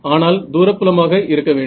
ஆனால் தூரப் புலமாக இருக்க வேண்டும்